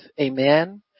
Amen